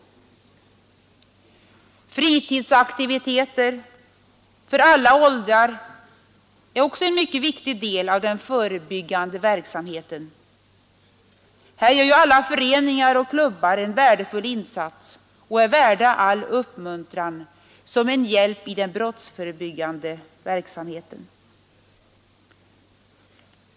Fritidsaktiviteter för alla åldrar är också en mycket viktig del av den förebyggande verksamheten. Här gör alla föreningar och klubbar en värdefull insats och är förtjänta av all uppmuntran för sin brottsförebyggande verksamhet.